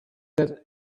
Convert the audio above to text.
that